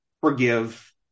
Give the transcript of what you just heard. forgive